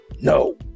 no